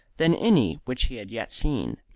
than any which he had yet seen.